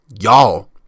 y'all